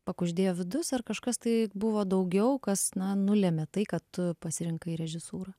pakuždėjo vidus ar kažkas tai buvo daugiau kas na nulėmė tai kad tu pasirinkai režisūrą